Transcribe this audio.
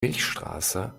milchstraße